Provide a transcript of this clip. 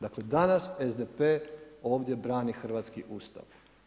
Dakle, danas SDP ovdje brani hrvatski Ustav.